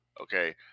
okay